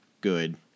good